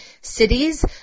cities